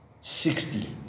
sixty